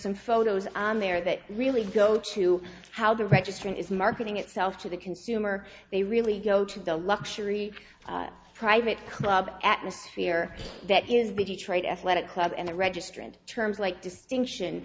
some photos on there that really go to how the registry is marketing itself to the consumer they really go to the luxury private club atmosphere that is the detroit athletic club and the registrant terms like distinction